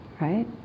right